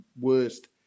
worst